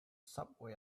subway